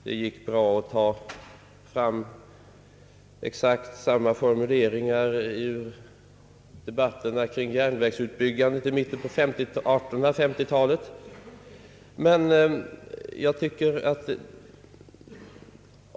Man kan dra fram exakt samma formuleringar från debatterna kring järnvägsbyggandet i mitten på 1800-talet.